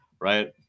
Right